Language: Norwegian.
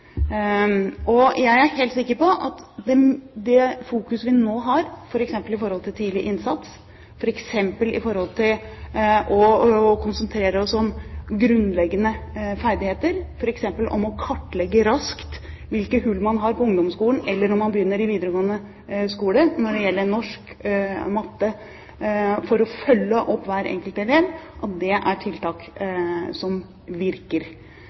Jeg er helt sikker på at det fokuset vi nå har f.eks. i forhold til tidlig innsats, i forhold til å konsentrere oss om grunnleggende ferdigheter – f.eks. kartlegge raskt hvilke hull man har på ungdomsskolen, eller når man begynner i videregående skole, i norsk, matte, tiltak for å følge opp hver enkelt elev – er tiltak som virker.